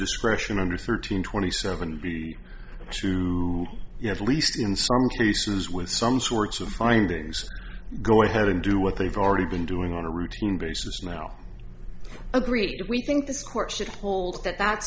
discretion under thirteen twenty seven b to you have at least in some cases with some sorts of findings go ahead and do what they've already been doing on a routine basis now agreed that we think this court should hold that that